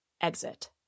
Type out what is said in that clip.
exit